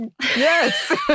Yes